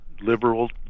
liberal